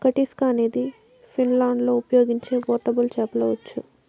కటిస్కా అనేది ఫిన్లాండ్లో ఉపయోగించే పోర్టబుల్ చేపల ఉచ్చు